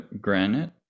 granite